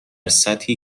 سطحی